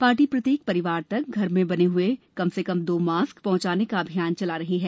party प्रत्येक परिवार तक घर में बने हए कम से कम दो मास्क पहंचाने का अभियान भी चला रही है